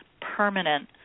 permanent